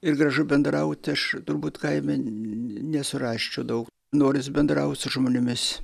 ir gražu bendraut aš turbūt kaime nesurasčiau daug noris bendraut su žmonėmis